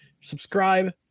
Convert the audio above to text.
subscribe